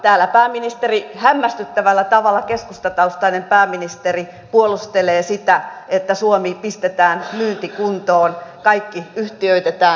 täällä pääministeri hämmästyttävällä tavalla keskustataustainen pääministeri puolustelee sitä että suomi pistetään myyntikuntoon kaikki yhtiöitetään